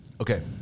Okay